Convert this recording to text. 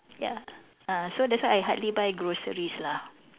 ya ah so that's why I hardly buy groceries lah